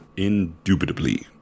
Indubitably